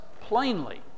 plainly